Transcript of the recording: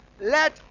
let